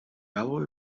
alloy